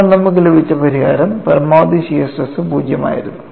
എന്നാൽ നമുക്ക് ലഭിച്ച പരിഹാരം പരമാവധി ഷിയർ സ്ട്രെസ് 0 ആയിരുന്നു